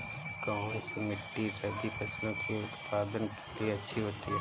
कौनसी मिट्टी रबी फसलों के उत्पादन के लिए अच्छी होती है?